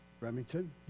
Remington